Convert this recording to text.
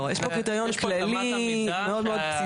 לא, יש פה קריטריון כללי, מאוד מאוד בסיסי.